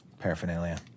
paraphernalia